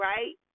Right